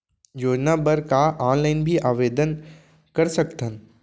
योजना बर का ऑनलाइन भी आवेदन कर सकथन?